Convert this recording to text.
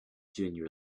junior